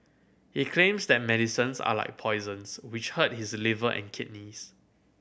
he claims that medicines are like poisons which hurt his liver and kidneys